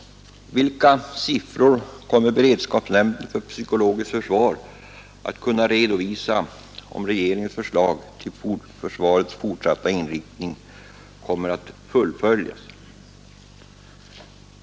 Vilka siffror kommer beredskapsnämnden för psykologiskt försvar att kunna redovisa, om regeringens förslag för försvarets fortsatta inriktning kommer att fullföljas?